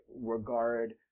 regard